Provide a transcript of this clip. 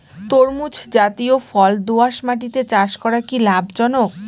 তরমুজ জাতিয় ফল দোঁয়াশ মাটিতে চাষ করা কি লাভজনক?